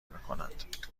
میکنند